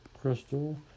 Crystal